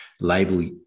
label